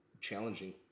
challenging